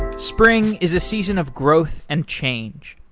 spring is a season of growth and change.